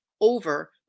over